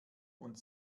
und